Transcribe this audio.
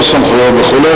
לא סמכויות וכו',